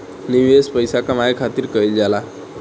निवेश पइसा कमाए खातिर कइल जाला